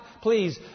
please